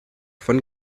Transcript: von